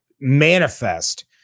manifest